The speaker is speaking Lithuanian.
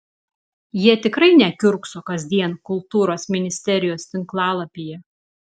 jie tikrai nekiurkso kasdien kultūros ministerijos tinklalapyje